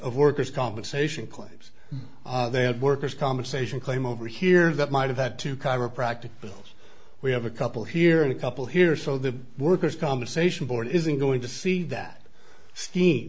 of workers compensation claims they had workers compensation claim over here that might have had to chiropractic we have a couple here and a couple here so the workers compensation board isn't going to see that ste